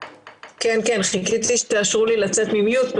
כן, כן, חיכיתי שתאשרו לי לצאת ממיוט.